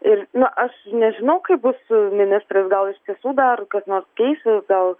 ir na aš nežinau kaip bus ministras gal iš tiesų dar kas nors keisis gal